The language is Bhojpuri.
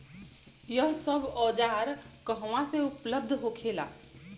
यह सब औजार कहवा से उपलब्ध होखेला?